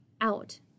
out